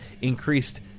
increased